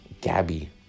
Gabby